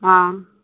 ହଁ